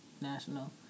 national